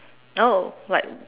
oh like